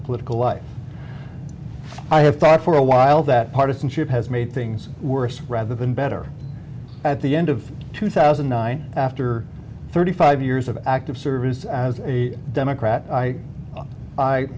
political life i have thought for a while that partisanship has made things worse rather than better at the end of two thousand and nine after thirty five years of active service as a democrat i